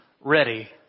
ready